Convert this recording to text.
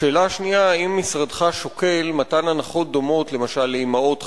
השאלה השנייה: האם משרדך שוקל מתן הנחות דומות למשל לאמהות חד-הוריות,